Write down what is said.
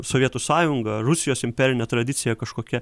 sovietų sąjunga rusijos imperinė tradicija kažkokia